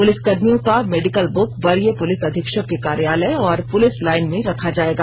पुलिसकर्मियों का medical book वरीय पुलिस अधीक्षक के कार्यालय और पुलिस लाइन में रखा जाएगा